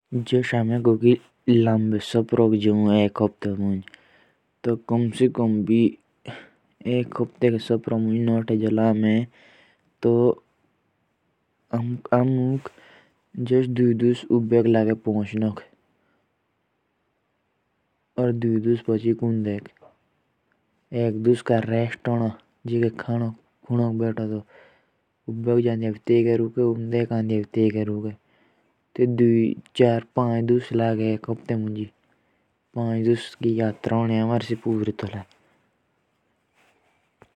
जुस हमें जाउ ओ कोकी लमडें सफरोक जौन एक हफ़्ते मुँज जुस एक हफ़्ते के सफर मुँज नोथे जोला हमें तो हमुक दुई दुश उबेक लागे पहुँचनोक और दुई दुश पोचिक उन्देक और एक दुश का रेस्ट होना जैके खाणो खुणो भेटो तो उबे जौंडियक भी तैयिके रुके और उन्देक अंदिया भेटेइके रोके। तो सो पाँच दुश की यात्रा होनी सो हमारी